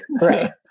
Right